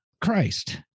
Christ